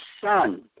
son